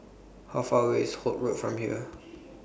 How Far away IS Holt Road from here